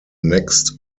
next